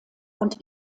und